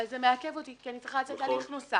אבל זה מעכב אותי כי אני צריכה לצאת להליך נוסף.